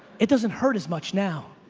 it doesn't hurt as much now.